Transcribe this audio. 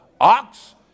ox